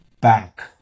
back